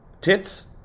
tits